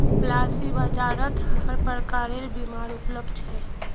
policy बाजारत हर प्रकारेर बीमा उपलब्ध छेक